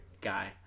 guy